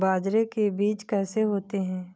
बाजरे के बीज कैसे होते हैं?